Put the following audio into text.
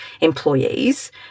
employees